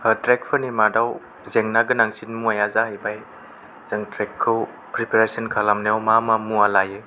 ट्रेकफोरनि गेजेराव जेंना गोनांसिन मुवाया जाहैबाय जों ट्रेकखौ प्रिपैरेसन खालामनायाव मा मा मुवा लायो